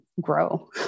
grow